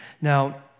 Now